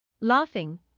laughing